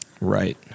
right